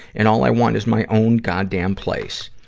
and all i want is my own goddamn place.